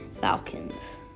Falcons